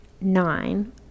nine